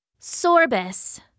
Sorbus